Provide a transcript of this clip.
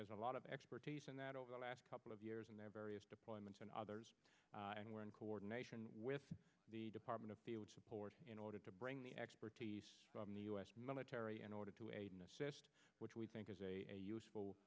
has a lot of expertise in that over the last couple of years and their various deployments and others and we're in coordination with the department of support in order to bring the expertise from the u s military in order to aid and assist which we think is a useful